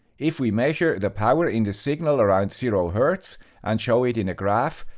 if we measure the power in the signal around zero hertz and show it in a graph,